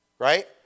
Right